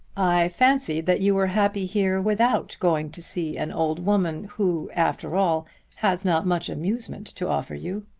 i fancied that you were happy here without going to see an old woman who after all has not much amusement to offer you.